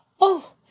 Oh